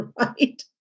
right